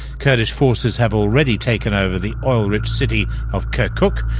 kurdish forces have already taken over the oil-rich city of kirkuk,